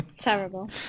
terrible